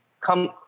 come